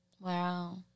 Wow